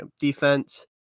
defense